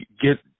get